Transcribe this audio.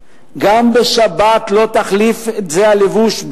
שכמך.../ גם בשבת לא תחליף את זה הלבוש,